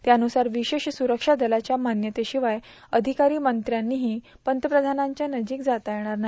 त्यानुसार विशेश सुरसा दलाच्या मान्यतेशिवाय अधिकारी मंत्र्यांनाही पंतप्रधानांच्या नजिक जाता येणार नाही